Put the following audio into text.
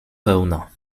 pełna